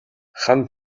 хан